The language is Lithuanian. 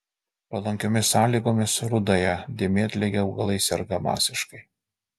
palankiomis sąlygomis rudąja dėmėtlige augalai serga masiškai